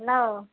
hello